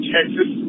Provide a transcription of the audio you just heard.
Texas